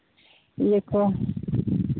ᱤᱭᱟᱹ ᱠᱚ